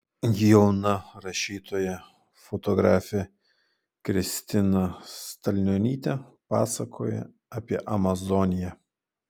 jauna rašytoja fotografė kristina stalnionytė pasakoja apie amazoniją